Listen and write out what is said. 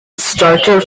starter